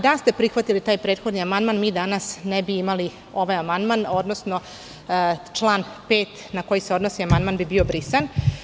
Da ste prihvatili taj prethodni amandman, mi danas ne bi imali ovaj amandman, odnosno član 5. na koji se odnosi amandman bi bio brisan.